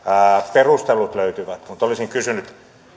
perustelut löytyvät mutta olisin kysynyt